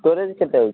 storage କେତେ ଅଛି